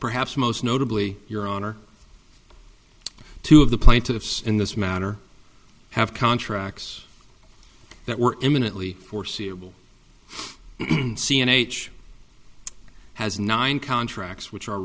perhaps most notably your honor two of the plaintiffs in this matter have contracts that were eminently foreseeable c n a each has nine contracts which are